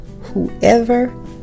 Whoever